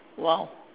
!wow!